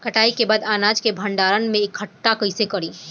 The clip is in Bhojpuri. कटाई के बाद अनाज के भंडारण में इकठ्ठा कइसे करी?